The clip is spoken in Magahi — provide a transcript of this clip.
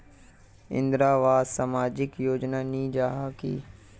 इंदरावास सामाजिक योजना नी जाहा की?